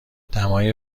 دمای